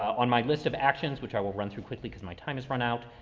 on my list of actions, which i will run through quickly cause my time has run out.